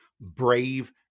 brave